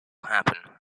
happen